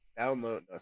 download